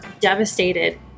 devastated